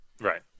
Right